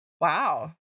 Wow